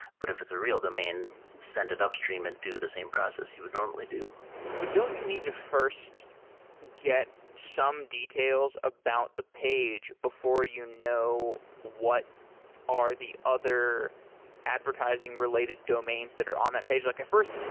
but if it's a real domain, send it upstream and do the same process you would normally do but don't you need to first get some details about the page before you know what are the other advertising-related domains that are on that page? like at first,